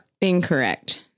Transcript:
Incorrect